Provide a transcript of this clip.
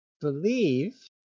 believe